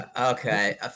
Okay